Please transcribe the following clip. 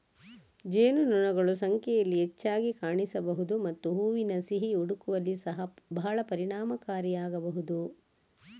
ಜೇನುನೊಣಗಳು ಸಂಖ್ಯೆಯಲ್ಲಿ ಹೆಚ್ಚಾಗಿ ಕಾಣಿಸಬಹುದು ಮತ್ತು ಹೂವಿನ ಸಿಹಿ ಹುಡುಕುವಲ್ಲಿ ಸಹ ಬಹಳ ಪರಿಣಾಮಕಾರಿಯಾಗಬಹುದು